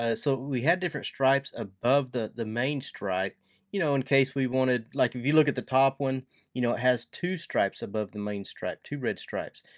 ah so we had different stripes above the the main stripe you know in case we wanted. like if you look at the top one, you know it has two stripes above the main stripe, two red stripes.